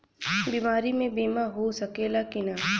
बीमारी मे बीमा हो सकेला कि ना?